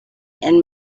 and